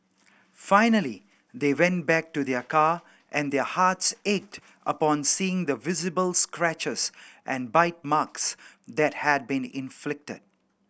finally they went back to their car and their hearts ached upon seeing the visible scratches and bite marks that had been inflicted